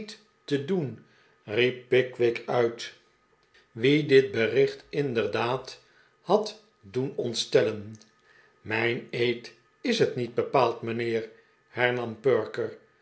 te doen riep pickwick uit wien dit bericht inderdaad had doen ontstellen meineed is het niet bepaald mijnheer hernam perker